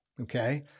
Okay